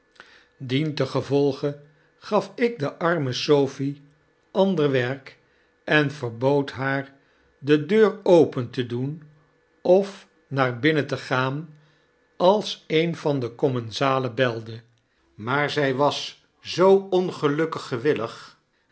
dientengevolge gaf ik de arme sophie ander werk en verbood haar de deur open te doen of naar binnen te gaan als een van de commensalen belde maar zy was zoo ongelukkig gewillig